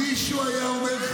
אם מישהו היה אומר,